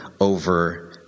over